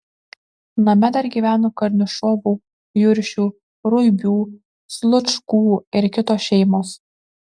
name dar gyveno karnišovų juršių ruibių slučkų ir kitos šeimos